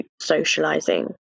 socializing